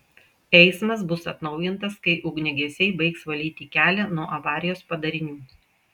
eismas bus atnaujintas kai ugniagesiai baigs valyti kelią nuo avarijos padarinių